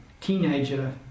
teenager